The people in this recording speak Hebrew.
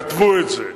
כתבו את זה.